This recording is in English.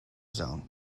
zone